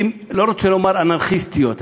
לא רוצה לומר אנרכיסטיות,